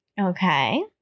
Okay